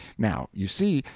now, you see,